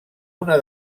una